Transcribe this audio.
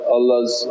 Allah's